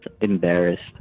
embarrassed